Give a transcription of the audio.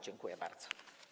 Dziękuję bardzo.